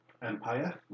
Empire